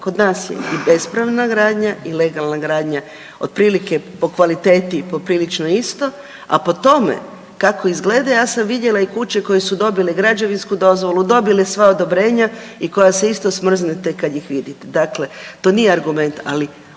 kod nas je i bespravna gradnja i legalna gradnja otprilike po kvaliteti poprilično isto, a po tome kako izgleda, ja sam vidjela i kuće koje su dobile građevinsku dozvolu, dobile sva odobrenja i koja se isto smrznete kad ih vidite. Dakle, to nije argument, ali u ovih